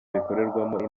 bikorerwamo